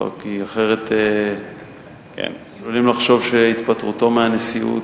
אחרת עלולים לחשוב שהתפטרותו מהנשיאות,